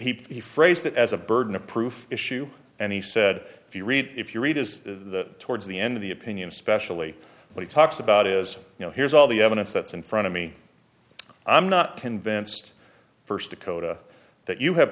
that he phrased that as a burden of proof issue and he said if you read if you read is the towards the end of the opinion especially when he talks about is you know here's all the evidence that's in front of me i'm not convinced first to kota that you have